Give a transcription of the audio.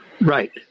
Right